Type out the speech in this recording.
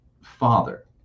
father